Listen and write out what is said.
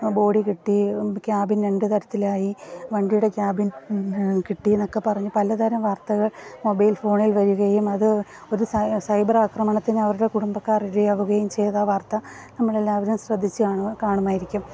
body കിട്ടി cabin രണ്ട് തരത്തിലായി വണ്ടിയുടെ ക്യാബിൻ കിട്ടിയെന്നൊക്കെ പറഞ്ഞ് പലതരം വാർത്തകൾ മൊബൈൽ ഫോണിൽ വരുകയും അത് ഒരു സൈബർ ആക്രമണത്തിന് അവരുടെ കുടുംബക്കാർ ഇരയാവുകയും ചെയ്ത വാർത്ത നമ്മളെല്ലാവരും ശ്രദ്ധിച്ചു കാണും കാണുമായിരിക്കും